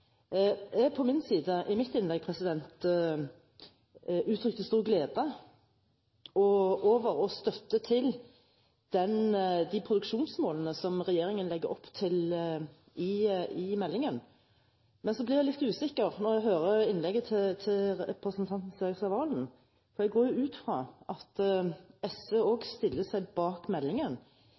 jeg på min side stor glede over – og støtte til – de produksjonsmålene som regjeringen legger opp til i meldingen. Men så blir jeg litt usikker når jeg hører innlegget til representanten Serigstad Valen, for jeg går ut fra at SV også stiller seg bak meldingen.